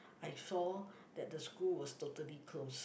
I saw that the school was totally closed